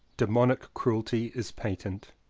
demoniac cruelty is patent